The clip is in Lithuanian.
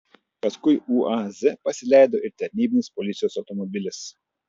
paskui uaz pasileido ir tarnybinis policijos automobilis